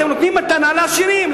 אתם נותנים מתנה לעשירים.